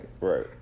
Right